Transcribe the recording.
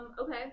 Okay